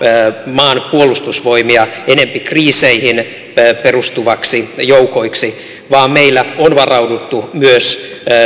maan puolustusvoimia enempi kriiseihin perustuviksi joukoiksi vaan meillä on varauduttu myös